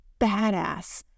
badass